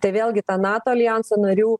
tai vėlgi ta nato aljanso narių